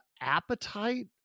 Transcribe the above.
appetite